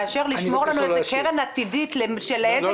מאשר לשמור לנו איזה קרן עתידית של איזה